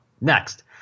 next